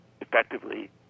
effectively